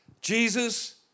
Jesus